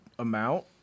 amount